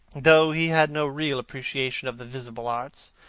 though he had no real appreciation of the visible arts,